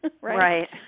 Right